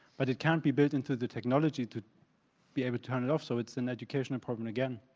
but it can't be built into the technology, to be able to turn it off, so it's an educational problem again.